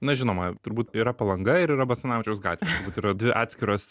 na žinoma turbūt yra palanga ir yra basanavičiaus gatvė turbūt yra dvi atskiros